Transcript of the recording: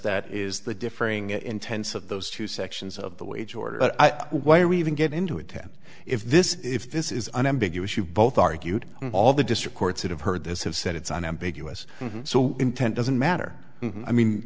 that is the differing intense of those two sections of the wage order why are we even get into a ten if this if this is unambiguous you both argued all the district courts would have heard this have said it's unambiguous so intent doesn't matter i mean